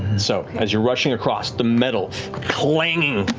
so as you're rushing across, the metal clanging,